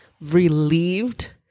relieved